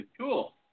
Cool